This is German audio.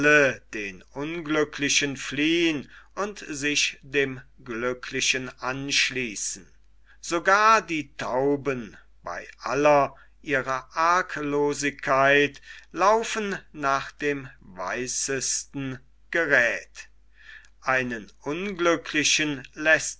den unglücklichen fliehen und sich dem glücklichen anschließen sogar die tauben bei aller ihrer arglosigkeit laufen nach dem weißesten geräth einen unglücklichen läßt